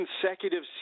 consecutive